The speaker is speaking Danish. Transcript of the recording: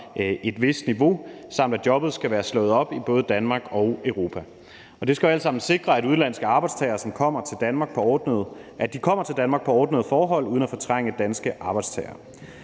et vist niveau, samt at jobbet skal være slået op i både Danmark og Europa. Og det skal alt sammen sikre, at udenlandske arbejdstagere kommer til Danmark på ordnede forhold uden at fortrænge danske arbejdstagere.